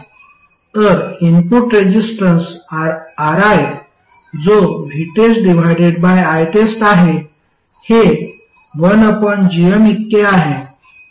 तर input resistance Ri जो VTESTITEST आहे हे 1gm इतके आहे